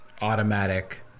automatic